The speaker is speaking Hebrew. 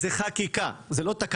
זו חקיקה, זו לא תקנה.